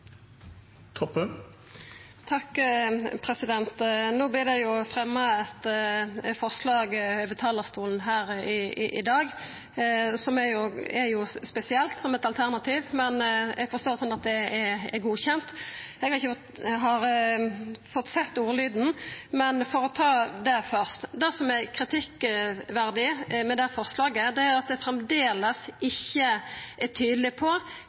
No har det vorte fremja eit forslag frå talarstolen her i dag som eit alternativ, noko som er spesielt, men eg forstår at det er godkjend. Eg har sett på ordlyden i det, men først: Det som er kritikkverdig med dette forslaget, er at det framleis ikkje er tydeleg på